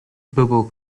bubble